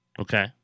okay